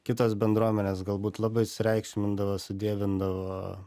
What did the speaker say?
kitos bendruomenės galbūt labai sureikšmindavo sudievindavo